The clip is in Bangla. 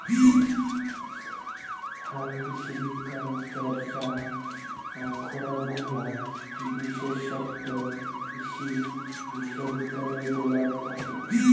হালকৃষিবিজ্ঞান চর্চা আখরাগুলা বিশেষতঃ কৃষি বিশ্ববিদ্যালয় গুলাত থাকি